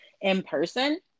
in-person